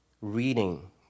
Reading